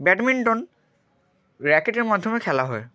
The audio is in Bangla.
ব্যাডমিন্টন র্যাকেটের মাধ্যমে খেলা হয়